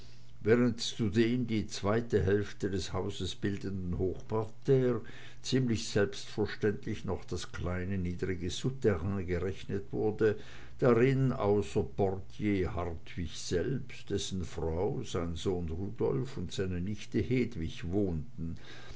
während zu dem die zweite hälfte des hauses bildenden hochparterre ziemlich selbstverständlich noch das kleine niedrige souterrain gerechnet wurde drin außer portier hartwig selbst dessen frau sein sohn rudolf und seine nichte hedwig wohnten